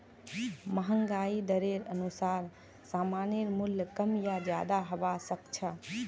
महंगाई दरेर अनुसार सामानेर मूल्य कम या ज्यादा हबा सख छ